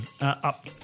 up